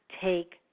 take